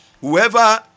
Whoever